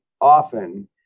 often